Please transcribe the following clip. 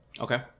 Okay